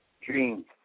Dreams